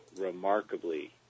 remarkably